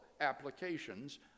applications